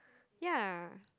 ya